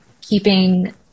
keeping